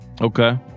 Okay